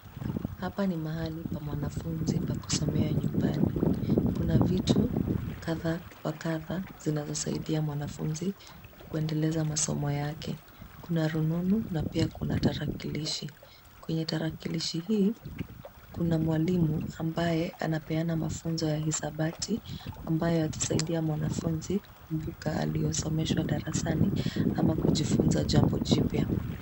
Hapa ni mahali pa mwanafuzi pa kusomea nyumbani. Kuna vitu kadha wa kadha zinazosaidia mwanafuzi kuendeleza masomo yake. Kuna rununu na pia kuna tarakilishi. Kwenye tarakilishi hii kuna mwalimu ambaye anapeana mafunzo ya hesabati ambayo yatasaidia mwanafunzi kukumbuka aliyesomeshwa darasani ama kujifuza jambo jipya.